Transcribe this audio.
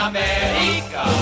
America